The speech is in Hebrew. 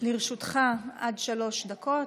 לרשותך עד שלוש דקות.